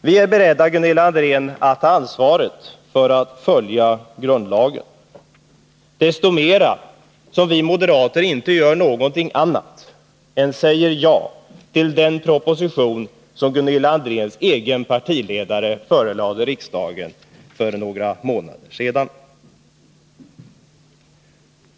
Vi är beredda, Gunilla André, att ta ansvaret för att följa grundlagen, desto mera som vi moderater inte gör någonting annat än säger ja till den proposition som Gunilla Andrés egen partiledare förelade riksdagen för några månader sedan.